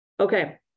Okay